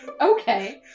Okay